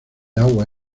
agua